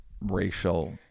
racial